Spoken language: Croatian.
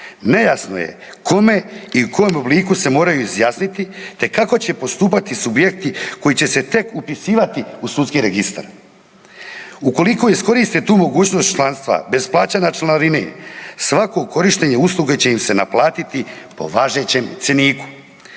Nejasno je kome i u kojem obliku se moraju izjasniti te kako će postupati subjekti koji će se tek upisivati u sudski registar. Ukoliko iskoriste tu mogućnost članstva bez plaćanja članarine svako korištenje usluge će im se naplatiti po važećem cjeniku.